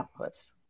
outputs